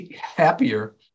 Happier